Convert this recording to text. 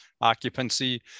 occupancy